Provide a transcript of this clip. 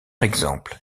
exemple